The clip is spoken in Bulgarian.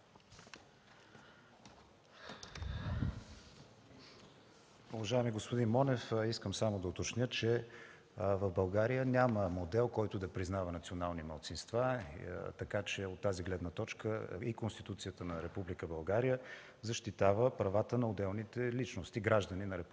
Уважаеми господин Монев, искам само да уточня, че в България няма модел, който да признава национални малцинства, така че от тази гледна точка и Конституцията на Република България защитава правата на отделните личности – граждани на Република